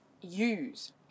use